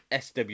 sw